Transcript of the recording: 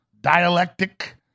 dialectic